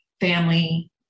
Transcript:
family